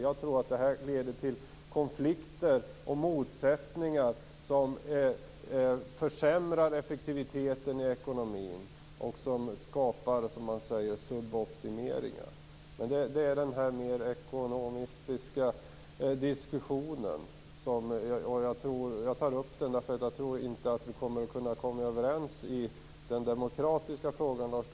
Jag tror att det här leder till konflikter och motsättningar som försämrar effektiviteten i ekonomin och skapar, som man säger, suboptimeringar. Jag tar upp den här mer ekonomistiska diskussionen därför att jag inte tror att Lars Tobisson och jag kommer att kunna komma överens i den demokratiska frågan.